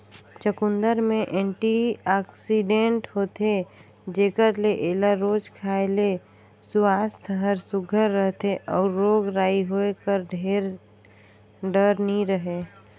चुकंदर में एंटीआक्सीडेंट होथे जेकर ले एला रोज खाए ले सुवास्थ हर सुग्घर रहथे अउ रोग राई होए कर ढेर डर नी रहें